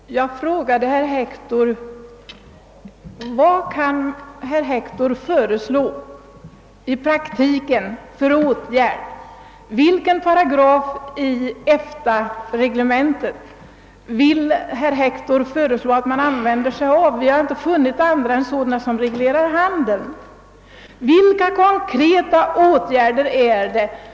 Herr talman! Jag frågade herr Hector vilka praktiska åtgärder han kan föreslå. Vilken paragraf i EFTA-reglementet vill herr Hector att vi ska tillämpa? Där finns ju inte några andra än sådana som reglerar handeln; vilka konkreta åtgärder vill herr Hector då föreslå?